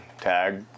tag